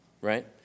right